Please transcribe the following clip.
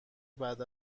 بعد